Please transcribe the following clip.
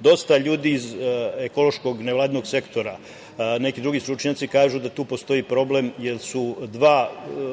dosta ljudi iz ekološkog nevladinog sektora, neki drugi stručnjaci kažu da tu postoji problem jer su dva